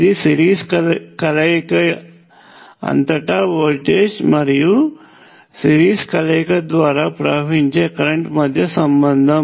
ఇది సిరీస్ కలయిక అంతటా వోల్టేజ్ మరియు సిరీస్ కలయిక ద్వారా ప్రవహించే కరెంట్ మధ్య సంబంధం